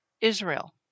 Israel